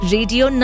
Radio